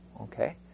okay